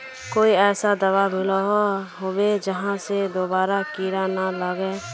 कोई ऐसा दाबा मिलोहो होबे जहा से दोबारा कीड़ा ना लागे?